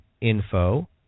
info